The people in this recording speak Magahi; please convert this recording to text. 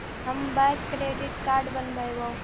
हम बैक क्रेडिट कार्ड बनैवो?